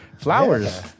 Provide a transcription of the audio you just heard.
Flowers